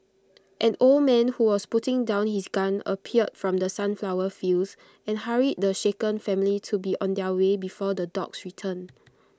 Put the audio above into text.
an old man who was putting down his gun appeared from the sunflower fields and hurried the shaken family to be on their way before the dogs return